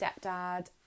stepdad